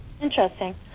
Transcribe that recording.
Interesting